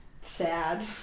sad